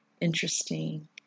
interesting